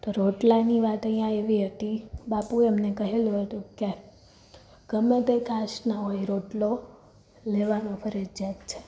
તો રોટલાની વાત અઈયાં એવી હતી બાપુ એમને કહેલું હતું કે ગમે તે કાસ્ટના હોય રોટલો લેવાનો ફરજિયાત છે